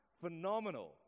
Phenomenal